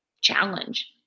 challenge